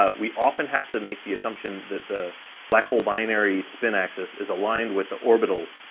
ah we often have to make the assumption that the black hole binary spin axis is aligned with the orbital,